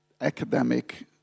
academic